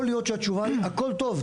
יכול להיות שהתשובה היא: הכול טוב,